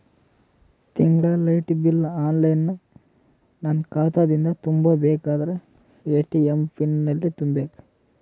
ತಿಂಗಳ light bill online ನನ್ನ ಖಾತಾ ದಿಂದ ತುಂಬಾ ಬೇಕಾದರ ಎ.ಟಿ.ಎಂ ಪಿನ್ ಎಲ್ಲಿ ತುಂಬೇಕ?